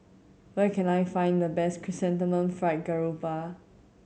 where can I find the best Chrysanthemum Fried Garoupa